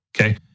okay